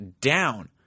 down